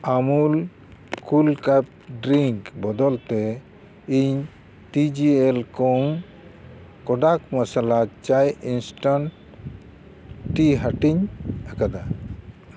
ᱟᱢᱩᱞ kool cafe drink ᱵᱚᱫᱚᱞᱛᱮ ᱤᱧ ᱴᱤ ᱡᱤ ᱮᱞ ᱠᱳᱝ ᱠᱚᱰᱟᱠ ᱢᱟᱥᱟᱞᱟ ᱪᱟᱭ ᱤᱱᱥᱴᱮᱱᱴ ᱴᱤ ᱦᱟᱹᱴᱤᱧ ᱟᱠᱟᱫᱟ